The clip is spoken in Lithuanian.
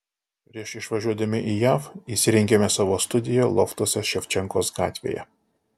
prieš išvažiuodami į jav įsirengėme savo studiją loftuose ševčenkos gatvėje